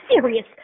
serious